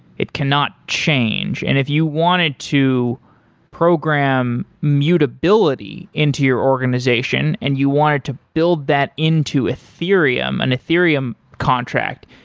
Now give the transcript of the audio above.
it cannot change. and if you wanted to program mutability into your organization and you wanted to build that into ethereum, an ethereum contract,